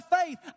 faith